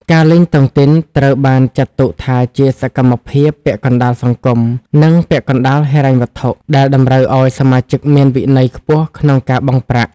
ការលេងតុងទីនត្រូវបានចាត់ទុកថាជាសកម្មភាពពាក់កណ្ដាលសង្គម និងពាក់កណ្ដាលហិរញ្ញវត្ថុ ដែលតម្រូវឱ្យសមាជិកមានវិន័យខ្ពស់ក្នុងការបង់ប្រាក់។